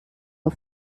auf